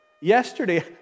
yesterday